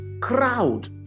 crowd